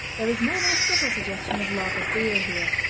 there is more than a subtle suggestion of lager beer here.